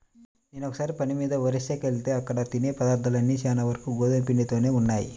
నేనొకసారి పని మీద ఒరిస్సాకెళ్తే అక్కడ తినే పదార్థాలన్నీ చానా వరకు గోధుమ పిండితోనే ఉన్నయ్